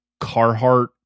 Carhartt